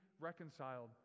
reconciled